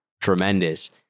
tremendous